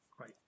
Right